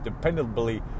dependably